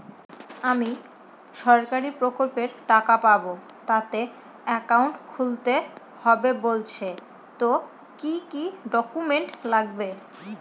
আমি সরকারি প্রকল্পের টাকা পাবো তাতে একাউন্ট খুলতে হবে বলছে তো কি কী ডকুমেন্ট লাগবে?